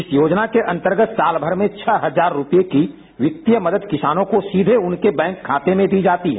इस योजना के अंतर्गत साल भर में छह हजार रुपये की वित्तीय मदद किसानों को सीधे उनके बैंक खाते में दी जाती है